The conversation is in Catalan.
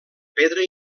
pedra